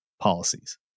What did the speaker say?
policies